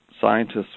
scientists